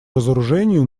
разоружению